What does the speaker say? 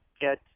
get